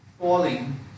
falling